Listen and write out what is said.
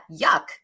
Yuck